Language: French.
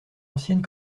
ancienne